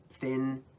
thin